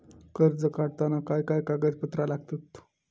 कर्ज काढताना काय काय कागदपत्रा लागतत?